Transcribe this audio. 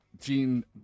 gene